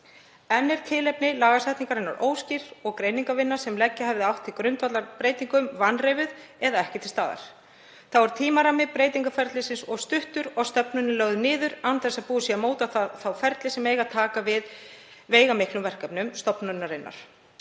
Enn er tilefni lagasetningarinnar óskýrt og greiningarvinna sem leggja hefði átt til grundvallar breytingum vanreifuð eða ekki til staðar. Þá er tímarammi breytingaferilsins of stuttur og stofnunin lögð niður án þess að búið sé að móta þá ferla sem eiga að taka við veigamiklum verkefnum stofnunarinnar.